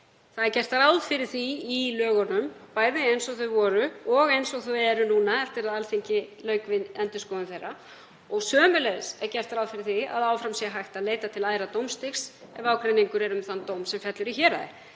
Gert er ráð fyrir því í lögunum, bæði eins og þau voru og eins og þau eru núna eftir að Alþingi lauk við endurskoðun þeirra, og sömuleiðis er gert ráð fyrir því að áfram sé hægt að leita til æðra dómstigs ef ágreiningur er um þann dóm sem fellur í héraði.